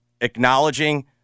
acknowledging